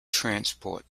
transport